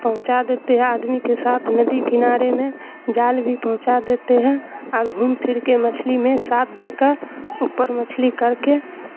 پہنچا دیتے ہیں آدمی کے ساتھ ندی کنارے میں جال بھی پہنچا دیتے ہیں اور گھوم پھر کے مچھلی میں ساتھ دے کر اوپر مچھلی کر کے